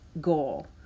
goal